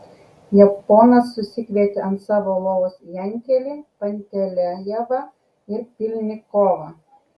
japonas susikvietė ant savo lovos jankelį pantelejevą ir pylnikovą